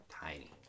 Tiny